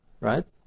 right